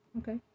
Okay